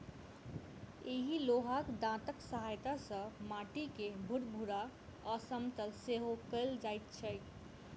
एहि लोहाक दाँतक सहायता सॅ माटि के भूरभूरा आ समतल सेहो कयल जाइत छै